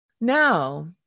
Now